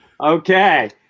Okay